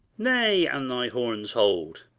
nay, an thy horns hold,